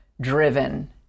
driven